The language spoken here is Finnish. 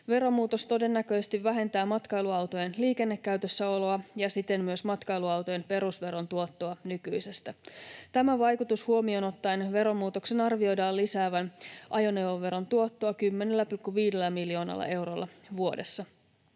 Veromuutos todennäköisesti vähentää matkailuautojen liikennekäytössäoloa ja siten myös matkailuautojen perusveron tuottoa nykyisestä. Tämä vaikutus huomioon ottaen veromuutoksen arvioidaan lisäävän ajoneuvoveron tuottoa 10,5 miljoonalla eurolla vuodessa.